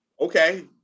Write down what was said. okay